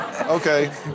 Okay